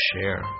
share